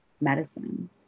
medicine